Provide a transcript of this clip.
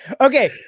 Okay